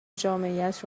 جامعیت